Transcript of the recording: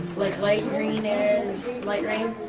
like light green air is light rain?